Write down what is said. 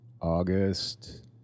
August